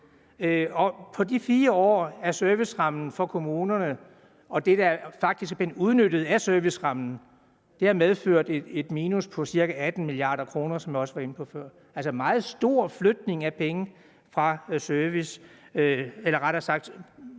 På de 4 år har servicerammen for kommunerne, og det, der faktisk er blevet udnyttet i servicerammen, medført et minus på ca. 18 mia. kr., som jeg også var inde på før, altså en meget stor flytning af penge fra servicen, eller